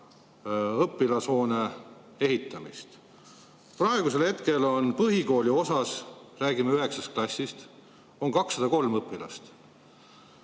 õpilashoone ehitamist. Praegusel hetkel on põhikooliosas – räägime üheksast klassist – 203 õpilast